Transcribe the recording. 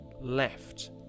left